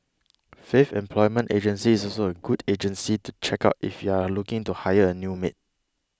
Faith Employment Agency is also a good agency to check out if you are looking to hire a new maid